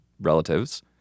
relatives